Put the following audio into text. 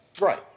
Right